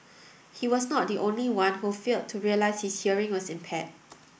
he was not the only one who failed to realise his hearing was impaired